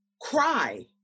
cry